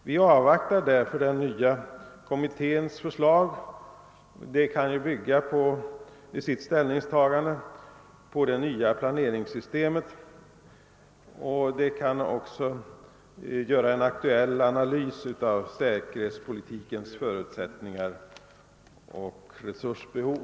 Vi avvaktar därför den nya kommitténs förslag, som dels kan bygga sitt ställningstagande på det nya planeringssystemet, dels också kan göra en aktuell analys av säkerhetspolitikens förutsättningar och resursbehov.